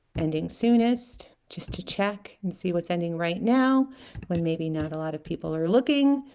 ending soonest just to check and see what's ending right now when maybe not a lot of people are looking